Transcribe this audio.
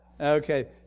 Okay